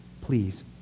Please